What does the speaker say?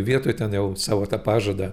vietoj ten jau savo tą pažadą